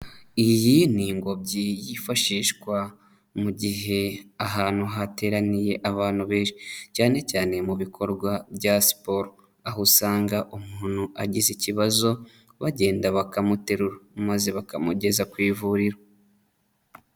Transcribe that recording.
Iyi ni ingobyi yifashishwa mu gihe ahantu hateraniye abantu benshi, cyane cyane mu bikorwa bya siporo. Aho usanga umuntu agize ikibazo bagenda bakamuterura, maze bakamugeza ku ivuriro.